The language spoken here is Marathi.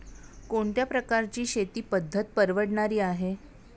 कोणत्या प्रकारची शेती पद्धत परवडणारी आहे?